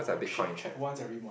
I'll ch~ check once every month